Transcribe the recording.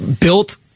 built